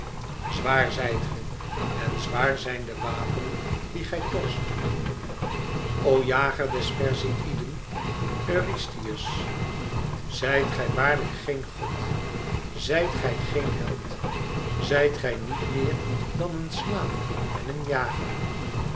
zwaar zijt ge en zwaar zijn de wapenen die gij torst o jager des perseïden eurystheus zijt gij waarlijk geen god zijt gij geen held zijt gij niet meer dan een slaaf en een jager